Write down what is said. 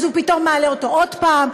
אז הוא פתאום מעלה אותו עוד פעם,